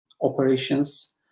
operations